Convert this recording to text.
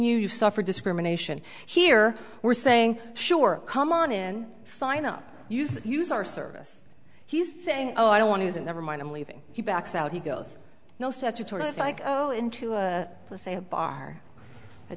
you suffer discrimination here we're saying sure come on in sign up use it use our service he's saying oh i don't want to use it never mind i'm leaving he backs out he goes no statutory just like oh into a let's say a bar a